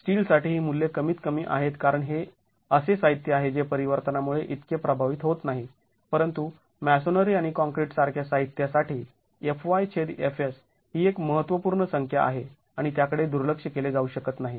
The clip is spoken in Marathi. स्टीलसाठी ही मूल्ये कमीत कमी आहेत कारण हे असे साहित्य आहे जे परिवर्तनामुळे इतके प्रभावित होत नाही परंतु मॅसोनरी आणि काँक्रीट सारख्या साहित्यासाठी FyFs ही एक महत्त्वपूर्ण संख्या आहे आणि त्याकडे दुर्लक्ष केले जाऊ शकत नाही